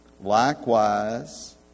likewise